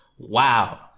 Wow